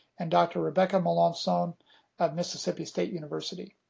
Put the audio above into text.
and dr. rebecca melanson of mississippi state university.